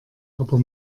aber